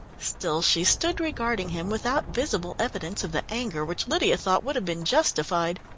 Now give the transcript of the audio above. still she stood regarding him without visible evidence of the anger which lydia thought would have been justified.